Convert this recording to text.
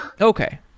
Okay